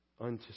unto